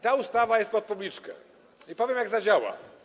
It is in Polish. Ta ustawa jest pod publiczkę i powiem, jak zadziała.